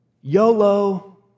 YOLO